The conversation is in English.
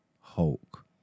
Hulk